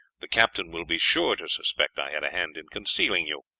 the captain will be sure to suspect i had a hand in concealing you.